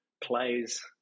plays